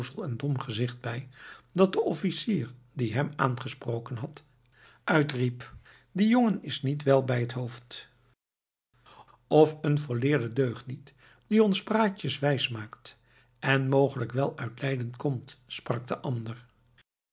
en dom gezicht bij dat de officier die hem aangesproken had uitriep die jongen is niet wel bij het hoofd of een volleerde deugniet die ons praatjes wijsmaakt en mogelijk wel uit leiden komt sprak de ander